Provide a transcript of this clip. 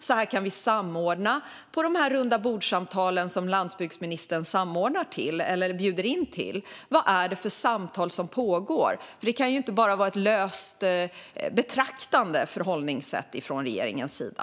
Vad är det för samtal som pågår på de rundabordssamtal som landsbygdsministern bjuder in till? Det kan ju inte bara vara ett löst betraktande förhållningssätt från regeringens sida.